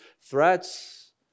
threats